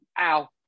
Ow